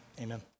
Amen